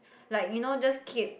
like you know just keep